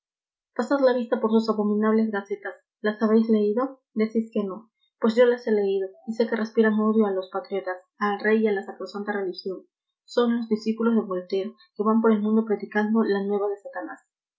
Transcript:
pasad la vista por sus abominables gacetas las habéis leído decís que no pues yo las he leído y sé que respiran odio a los patriotas al rey y a la sacrosanta religión son los discípulos de voltaire que van por el mundo predicando la nueva